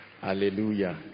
Hallelujah